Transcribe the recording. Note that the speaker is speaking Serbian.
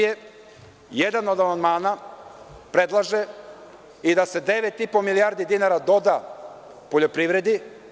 Jedan od amandmana predlaže i da se 9,5 milijarde dinara doda poljoprivredi.